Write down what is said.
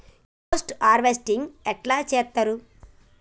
Post harvesting ఎట్ల చేత్తరు?